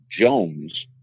Jones